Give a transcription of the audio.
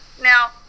Now